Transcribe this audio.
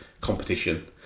Competition